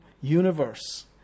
universe